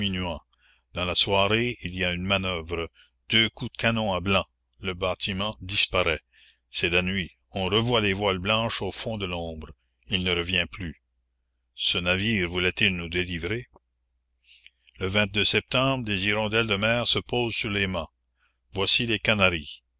dans la soirée il y a une manœuvre deux coups de canon à blanc le bâtiment disparaît c'est la nuit on revoit les voiles blanches au fond de l'ombre il ne revient plus ce navire voulait-il nous délivrer e septembre des hirondelles de mer se posent sur les mâts voici les canaries